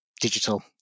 Digital